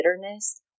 bitterness